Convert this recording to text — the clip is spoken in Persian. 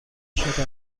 شده